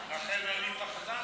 לכן אני פחדן.